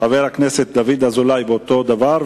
לחבר הכנסת דוד אזולאי, באותו עניין.